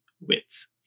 Wits